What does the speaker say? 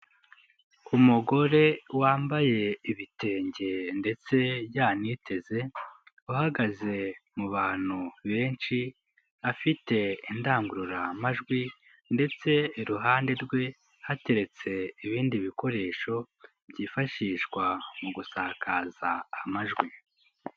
Umugore wambaye ibitenge ndetse yaniteze, uhagaze mu bantu benshi afite indangururamajwi ndetse iruhande rwe hateretse ibindi bikoresho byifashishwa mu gusakaza amajwi.